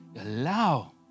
allow